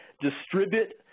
Distribute